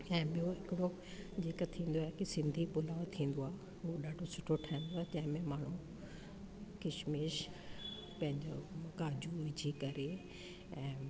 ऐं ॿियो हिकिड़ो जेके थींदो आहे की सिंधी पुलाव थींदो आहे हूअ ॾाढो सुठो ठहींदो आहे तंहिंमें माण्हू किश्मिश पंहिंजो काजू विझी करे ऐं